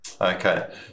Okay